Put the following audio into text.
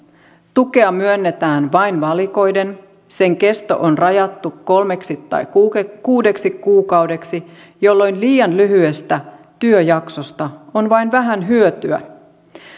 tukea myönnetään vain valikoiden sen kesto on rajattu kolmeksi tai kuudeksi kuudeksi kuukaudeksi jolloin liian lyhyestä työjaksosta on vain vähän hyötyä